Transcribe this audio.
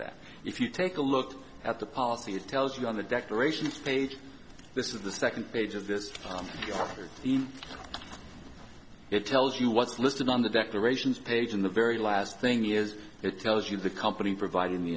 that if you take a look at the policy it tells you on the declarations page this is the second page of this problem it tells you what's listed on the declarations page and the very last thing is it tells you the company providing the